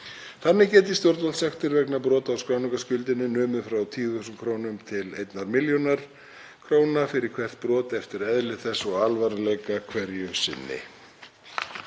Þannig geti stjórnvaldssektir vegna brota á skráningarskyldu numið frá 10.000 kr. til 1 millj. kr. fyrir hvert brot eftir eðli þess og alvarleika hverju sinni.